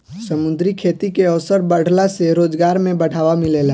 समुंद्री खेती के अवसर बाढ़ला से रोजगार में बढ़ावा मिलेला